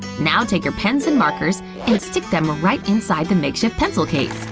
now take your pens and markers and stick them right inside the makeshift pencil case!